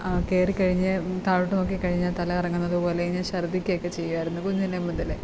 കയറി കഴിഞ്ഞ് താഴോട്ട് നോക്കി കഴിഞ്ഞാൽ തല കറങ്ങുന്നതുപോലെ ഞാൻ ഛർദ്ദിക്കുക ഒക്കെ ചെയ്യുമായിരുന്നു കുഞ്ഞിലേ മുതൽ